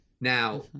Now